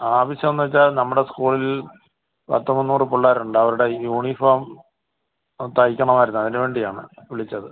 ആവശ്യന്നെച്ചാൽ നമ്മുടെ സ്കൂളിൽ പത്ത് മുന്നൂറ് പിള്ളേരുണ്ടവാറുടെ യൂണിഫോം ആ തയ്ക്കണമായിരുന്നു അതിന് വേണ്ടിയാണ് വിളിച്ചത്